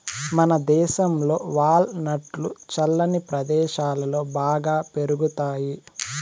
మనదేశంలో వాల్ నట్లు చల్లని ప్రదేశాలలో బాగా పెరుగుతాయి